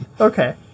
Okay